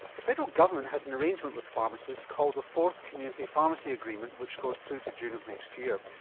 the federal government has an arrangement with pharmacists called the fourth community pharmacy agreement which goes through to june of next year.